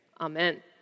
amen